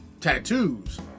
tattoos